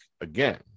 again